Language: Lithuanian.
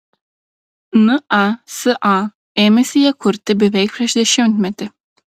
nasa ėmėsi ją kurti beveik prieš dešimtmetį